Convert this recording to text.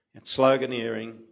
sloganeering